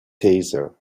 taser